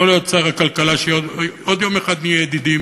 יכול להיות, שר הכלכלה, שיום אחד עוד נהיה ידידים,